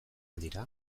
dira